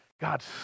God